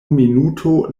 minuto